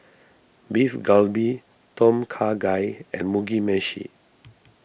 Beef Galbi Tom Kha Gai and Mugi Meshi